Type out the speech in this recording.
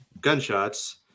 gunshots